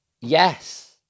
yes